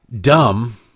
dumb